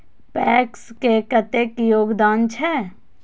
PACS के कतेक योगदान छै?